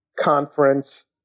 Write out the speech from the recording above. conference